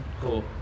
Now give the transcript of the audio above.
Cool